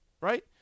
right